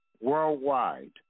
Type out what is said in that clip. worldwide